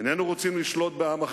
איננו רוצים לשלוט בעם אחר,